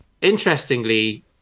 Interestingly